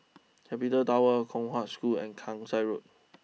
capital Tower Kong Hwa School and Kasai Road